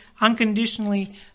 unconditionally